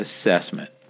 assessment